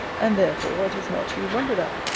and therefore it is not to be wondered at,